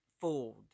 fooled